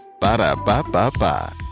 Ba-da-ba-ba-ba